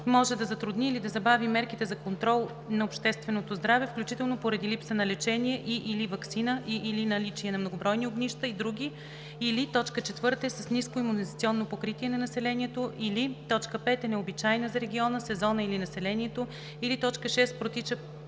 може да затрудни или да забави мерките за контрол на общественото здраве, включително поради липса на лечение и/или ваксина и/или наличие на многобройни огнища и други, или 4. е с ниско имунизационно покритие на населението, или 5. е необичайна за региона, сезона или населението, или 6. протича